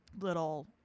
little